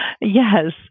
Yes